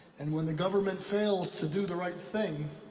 and when the government fails to do the right thing,